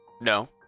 No